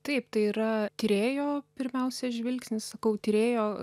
taip tai yra tyrėjo pirmiausia žvilgsnis sakau tyrėjo